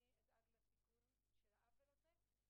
אדאג לתיקון של העוול הזה.